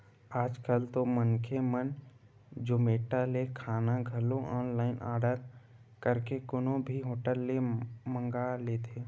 आज कल तो मनखे मन जोमेटो ले खाना घलो ऑनलाइन आरडर करके कोनो भी होटल ले मंगा लेथे